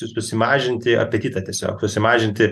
susimažinti apetitą tiesiog susimažinti